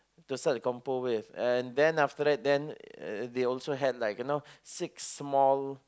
to start the compo with and then after that then they also have like you know six small